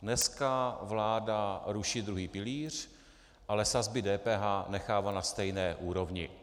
Dneska vláda ruší druhý pilíř, ale sazby DPH nechává na stejné úrovni.